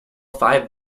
five